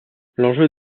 l’enjeu